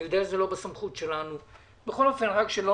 אני יודע שזאת לא הסמכות שלנו אבל שלא